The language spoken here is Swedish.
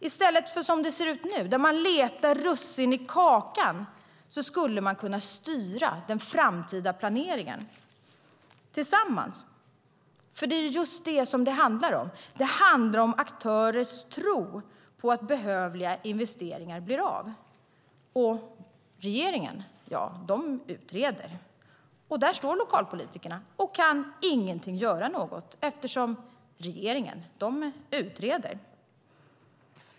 I stället för som det är nu där man letar russin i kakan skulle man kunna styra den framtida planeringen tillsammans. Det är just vad det handlar om. Det handlar om aktörers tro på att behövliga investeringar blir av, och regeringen den utreder. Där står lokalpolitikerna och kan inte göra något, eftersom regeringen utreder.